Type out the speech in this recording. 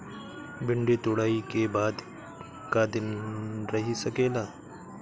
भिन्डी तुड़ायी के बाद क दिन रही सकेला?